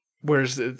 whereas